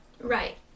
Right